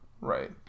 Right